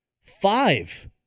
five